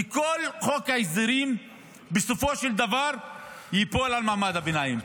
כי כל חוק ההסדרים בסופו של דבר ייפול על מעמד הביניים.